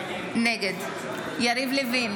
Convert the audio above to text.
נגד יריב לוין,